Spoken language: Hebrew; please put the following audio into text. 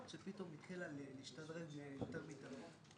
שפתאום התחילה להשתדרג יותר מתמיד?